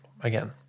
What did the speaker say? Again